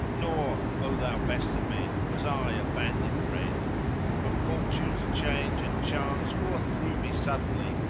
nor, o thou best of men! was i a bandit bred but fortune's change and chance o'erthrew me suddenly,